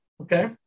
Okay